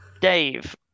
dave